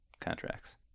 contracts